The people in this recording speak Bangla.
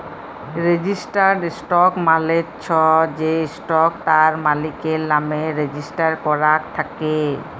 রেজিস্টার্ড স্টক মালে চ্ছ যে স্টক তার মালিকের লামে রেজিস্টার করাক থাক্যে